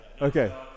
okay